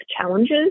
challenges